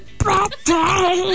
birthday